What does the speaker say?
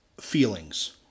feelings